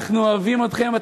אנחנו אוהבים אתכם,